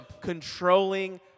controlling